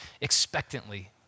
expectantly